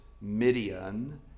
Midian